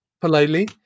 politely